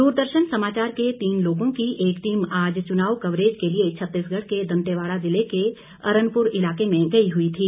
दूरदर्शन समाचार के तीन लोगों की एक टीम आज चुनाव कवरेज के लिए छत्तीसगढ़ के दंतेवाड़ा जिले के अरनपुर इलाके में गई हुई थी